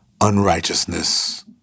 unrighteousness